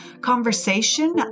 conversation